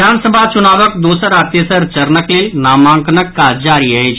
विधानसभा चुनावक दोसर आ तेसर चरणक लेल नामांकन काज जारी अछि